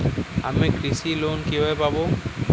আমি কৃষি লোন কিভাবে পাবো?